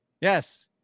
yes